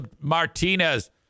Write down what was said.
Martinez